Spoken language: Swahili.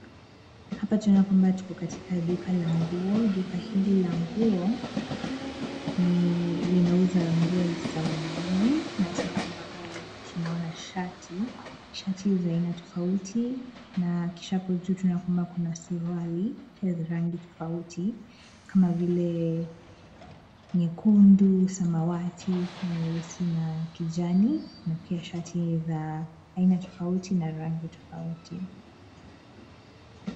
Hapa tuko katika duka la nguo. Duka hili la nguo linauza nguo za wanaume na tunaona shati za aina tofauti na kisha hapo juu kuna suruali za rangi tofauti kama vile nyekundu, samawati, nyeusi pia na kijani na pia shati za aina tofauti na rangi tofauti.